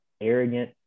arrogant